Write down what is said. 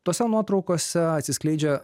tose nuotraukose atsiskleidžia